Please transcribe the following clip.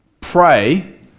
pray